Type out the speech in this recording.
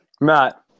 Matt